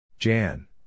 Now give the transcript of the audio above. Jan